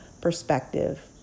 perspective